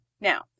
Now